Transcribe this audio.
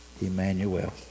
Emmanuel